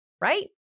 right